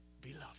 beloved